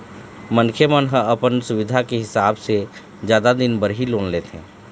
मनखे मन ह अपन सुबिधा के हिसाब ले जादा दिन बर ही लोन लेथे